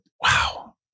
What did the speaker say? wow